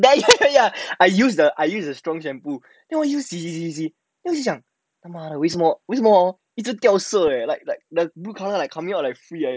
ya ya ya ya I use the I use the different shampoo then 我洗洗洗洗 then 我就讲 oh 为什么为什么 hor 一直掉色 eh like like the colour coming out like free like that